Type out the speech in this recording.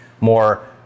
more